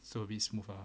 so be smooth ah